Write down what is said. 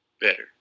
better